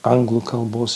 anglų kalbos